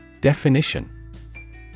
Definition